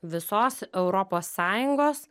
visos europos sąjungos